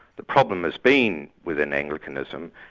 the problem has been within anglicanism,